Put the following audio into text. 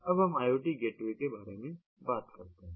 अब हम IoT gateway के बारे में बात करते हैं